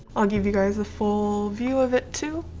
i'll give you guys a full view of it, too